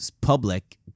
public